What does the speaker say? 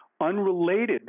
unrelated